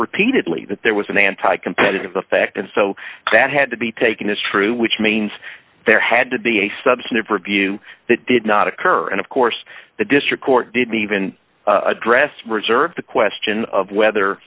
repeatedly that there was an anti competitive effect and so that had to be taken as true which means there had to be a substantive review that did not occur and of course the district court didn't even address reserve the question of whether